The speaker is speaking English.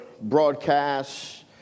broadcasts